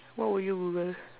what would you google